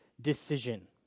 decision